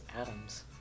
atoms